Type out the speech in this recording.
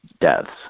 deaths